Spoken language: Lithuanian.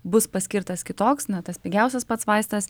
bus paskirtas kitoks ne tas pigiausias pats vaistas